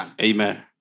Amen